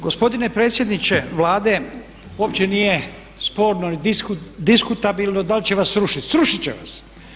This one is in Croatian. Gospodine predsjedniče Vlade, opće nije sporno ni diskutabilno dal će vas srušit, srušit će vas.